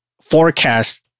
forecast